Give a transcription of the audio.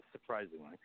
Surprisingly